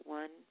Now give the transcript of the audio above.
one